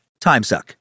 TimeSuck